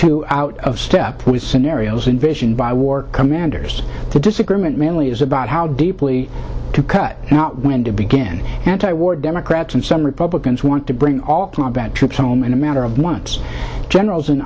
too out of step with ariel's invasion by war commanders the disagreement mainly is about how deeply to cut now when to begin anti war democrats and some republicans want to bring all combat troops home in a matter of months generals in